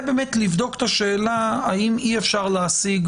ולבדוק את השאלה האם אי-אפשר להשיג